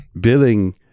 Billing